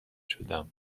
شدم